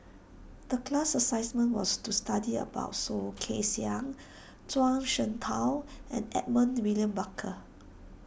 the class assessment was to study about Soh Kay Siang Zhuang Shengtao and Edmund William Barker